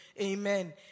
Amen